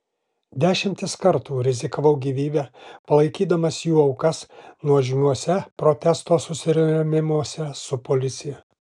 dešimtis kartų rizikavau gyvybe palaikydamas jų aukas nuožmiuose protesto susirėmimuose su policija